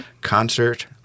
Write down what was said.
concert